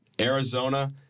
Arizona